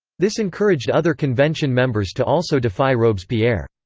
this encouraged other convention members to also defy robespierre.